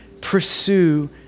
pursue